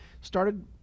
started